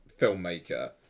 filmmaker